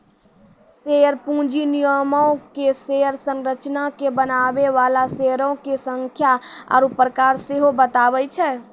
share पूंजी निगमो के शेयर संरचना के बनाबै बाला शेयरो के संख्या आरु प्रकार सेहो बताबै छै